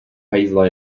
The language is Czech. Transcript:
hajzla